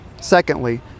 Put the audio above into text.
Secondly